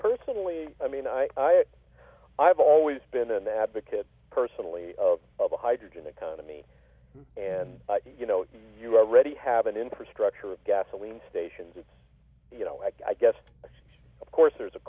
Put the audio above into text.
personally i mean i i have always been an advocate personally of of a hydrogen economy and you know if you already have an infrastructure of gasoline stations it's you know i guess of course there's a